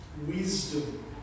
wisdom